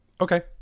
Okay